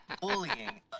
bullying